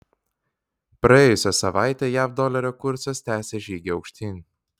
praėjusią savaitę jav dolerio kursas tęsė žygį aukštyn